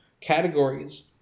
categories